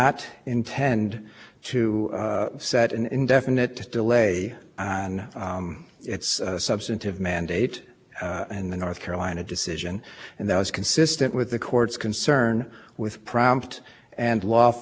previous order or decision that there was a necessary connection between the up when states good neighbor obligations and the down when states maintenance deadlines if however some of the up win states feel that's fair for them to be operating